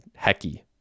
Hecky